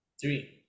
three